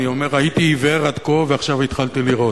אני אומר, הייתי עיוור עד כה ועכשיו התחלתי לראות.